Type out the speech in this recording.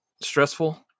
stressful